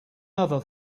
other